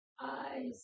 eyes